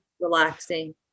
relaxing